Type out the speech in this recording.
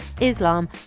Islam